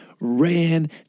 ran